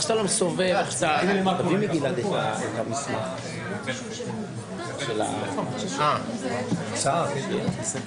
שוכנע בית המשפט כי תקבולי העבירה ניתנו לחשוד או לנאשם בביצוע